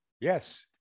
Yes